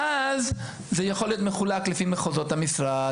ואז זה יכול להיות מחולק לפני מחוזות המשרד,